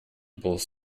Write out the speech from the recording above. both